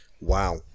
Wow